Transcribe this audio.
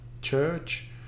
church